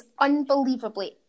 unbelievably